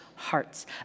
hearts